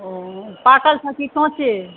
ओ पाकल छौ कि काँचे